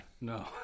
no